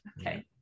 Okay